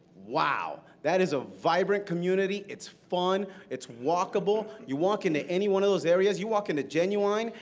wow. that is a vibrant community. it's fun. it's walkable. you walk into any one of those areas, you walk into genuine,